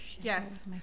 Yes